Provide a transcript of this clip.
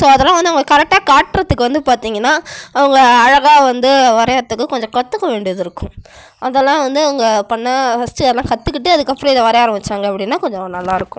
so அதெலாம் வந்து அவங்க கரெக்ட்டாக காட்டுறத்துக்கு வந்து பார்த்திங்கன்னா அவங்க அழகாக வந்து வரைகிறதுக்கு கொஞ்சம் கற்றுக்க வேண்டியது இருக்கும் அதெலாம் வந்து அவங்க பண்ண ஃபர்ஸ்ட்டு அதெலாம் கற்றுக்கிட்டு அதுக்கப்புறம் இது வரைய ஆரம்பித்தாங்க அப்படினா கொஞ்சம் நல்லாயிருக்கும்